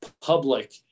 public